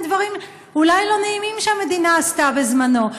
דברים אולי לא נעימים שהמדינה עשתה בזמנו.